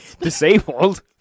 disabled